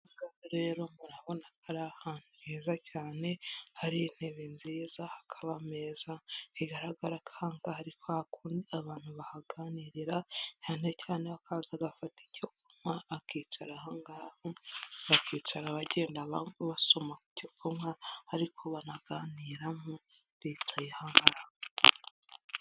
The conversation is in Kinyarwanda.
Rero murabona ko ari ahantu heza cyane hari intebe nziza hakaba ameza bigaragarakanga ariko handi kwa kundi abantu bahaganirira cyane cyane akaza agafata icyo kunywa akicarahanga bakicara abagenda basoma ibyo kunywa ariko banaganira na leta yihagara.